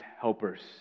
helpers